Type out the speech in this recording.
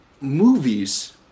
Movies